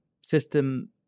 system